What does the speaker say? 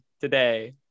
today